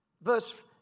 Verse